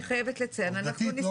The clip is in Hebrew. אני חייבת לציין --- עובדתית לא